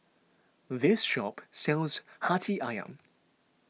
this shop sells Hati Ayam